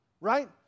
right